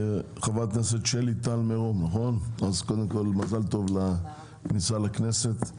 חברת הכנסת שלי טל מרון, מזל טוב לכניסה לכנסת.